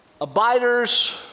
abiders